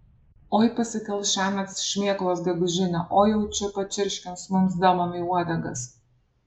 oi pasikels šiąnakt šmėklos gegužinę oi jaučiu pačirškins mums demonai uodegas